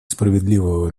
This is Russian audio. справедливого